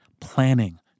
planning